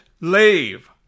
leave